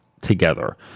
together